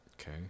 okay